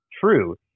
true